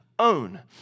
own